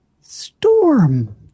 Storm